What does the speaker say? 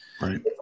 right